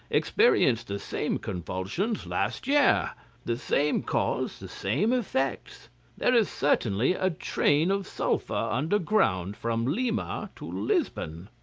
experienced the same convulsions last year the same cause, the same effects there is certainly a train of sulphur under ground from lima to lisbon.